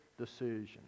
decision